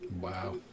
Wow